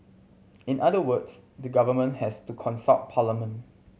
in other words the government has to consult parliament